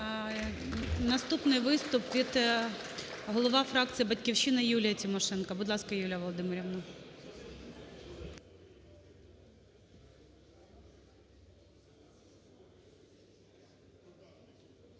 Наступний виступ - голова фракції "Батьківщина" Юлія Тимошенко. Будь ласка, Юлія Володимирівна.